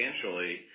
substantially